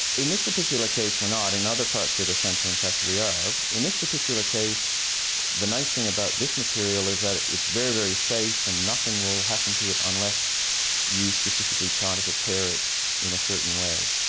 in this particular case we're not. in other parts of the centre in fact we are. in this particular case the nice thing about this material is that it's very very safe and nothing will happen to it unless you specifically try to prepare it in a certain way.